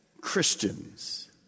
Christians